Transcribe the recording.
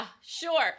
sure